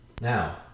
Now